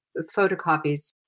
photocopies